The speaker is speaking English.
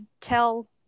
tell